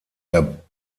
der